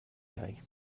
day